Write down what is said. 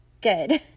good